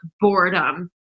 boredom